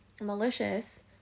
malicious